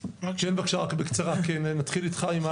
התייחסות.